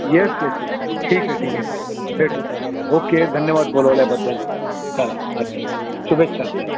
yes yes yes yes ठीक आहे ठीक आहे भेटू ओके धन्यवाद बोलवल्याबद्दल चला अच्छा शुभेच्छा आपल्याला